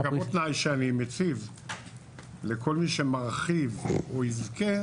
אגב, עוד תנאי שאני מציב לכל מי שמרחיב או יזכה,